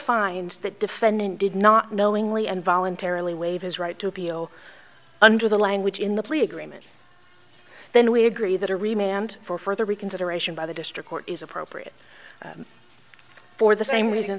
finds that defendant did not knowingly and voluntarily waive his right to appeal under the language in the plea agreement then we agree that a remained for further reconsideration by the district court is appropriate for the same reason